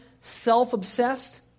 self-obsessed